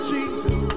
Jesus